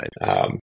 right